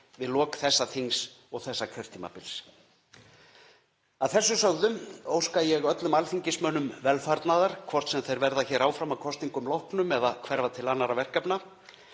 við lok þessa þings og þessa kjörtímabils. Að þessu sögðu óska ég öllum alþingismönnum velfarnaðar, hvort sem þeir verða hér áfram að kosningum loknum eða hverfa til annarra verkefna.